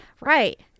right